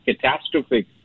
catastrophic